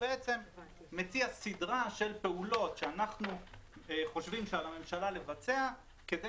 הוא מציע סדרה של פעולות שאנחנו חושבים שעל הממשלה לבצע כדי